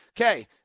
Okay